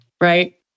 right